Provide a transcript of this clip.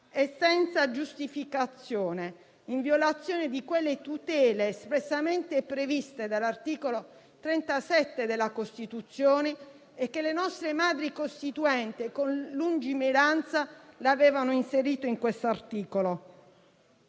è senza giustificazione, in violazione delle tutele espressamente previste dall'articolo 37 della Costituzione e che le nostre madri costituenti con lungimiranza avevano inserito in questo articolo.